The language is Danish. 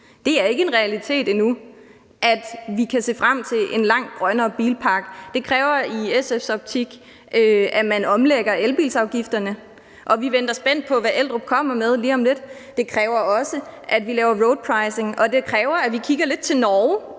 Det er ikke en realitet endnu, at vi kan se frem til en langt grønnere bilpark, for det kræver i SF's optik, at man omlægger elbilsafgifterne, og vi venter spændt på, hvad Eldrup kommer med lige om lidt. Det kræver også, at vi laver roadpricing, og det kræver, at vi kigger lidt til Norge